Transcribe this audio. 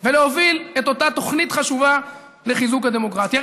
ולהוביל את אותה תוכנית חשובה לחיזוק הדמוקרטיה.